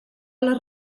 les